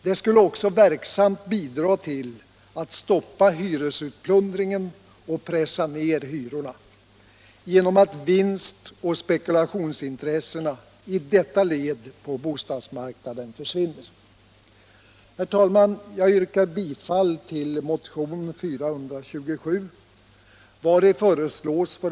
Det skulle också verksamt bidra till att stoppa hyresutplundringen och pressa ned hyrorna, genom att vinstoch spekulationsintressena i detta led på bostadsmarknaden försvinner.